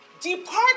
depart